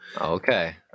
Okay